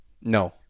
No